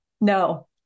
No